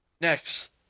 next